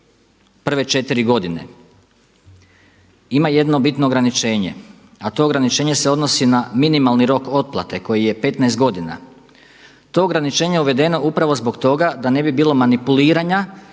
prve četiri godine ima jedno bitno ograničenje, a to ograničenje se odnosi na minimalni rok otplate koji je 15 godina. To je ograničenje uvedeno upravo zbog toga da ne bi bilo manipuliranja